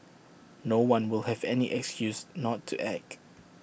no one will have any excuse not to act